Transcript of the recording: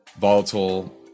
volatile